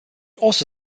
also